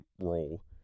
role